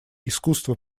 искусство